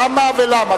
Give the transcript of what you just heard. למה ולמה,